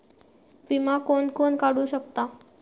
विमा कोण कोण काढू शकता?